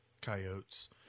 coyotes